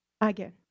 again